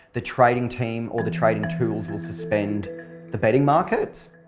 the trading team or the trading tools will suspend the betting markets.